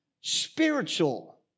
spiritual